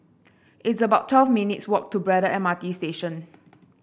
it's about twelve minutes walk to Braddell M R T Station